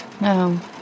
No